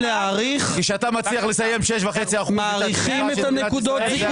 כשאתה מצליח לסיים- -- נראה את יוקר המחיה.